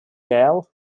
girl